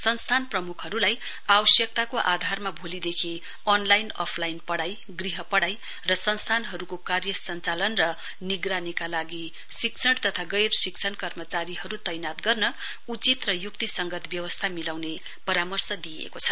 संस्थान प्रमुखहरुलाई आवश्यकताको आधारमा भोलिदेखि अनलाइन अफलाइन पढ़ाई गृह पढ़ाई र संस्थानहरुको कार्य सञ्चालन र निगरानीका लागि शिक्षण तथा गैर शिक्षण कर्मचारीहरु तैनात गर्ने उचित र युक्तिसङ्गत व्यवस्था मिलाउने परामर्श दिइएको छ